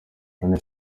none